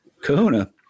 Kahuna